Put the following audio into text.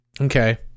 okay